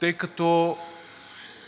тъй като